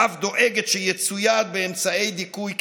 ואף דואגת שיצויד באמצעי דיכוי כדבעי,